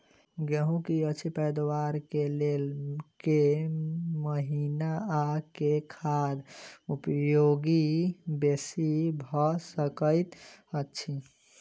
गेंहूँ की अछि पैदावार केँ लेल केँ महीना आ केँ खाद उपयोगी बेसी भऽ सकैत अछि?